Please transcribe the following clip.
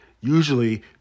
Usually